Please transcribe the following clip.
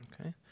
Okay